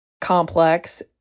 complex